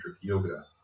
Yoga